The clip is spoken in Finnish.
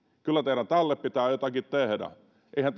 kyllä teidän tälle pitää jotakin tehdä eihän